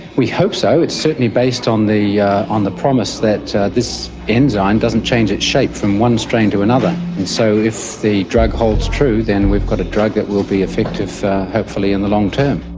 we hope so. it's certainly based on the on the promise that this enzyme doesn't change its shape from one strain to another, and so if the drug holds true then we've got a drug that will be effective hopefully in the long term.